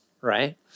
right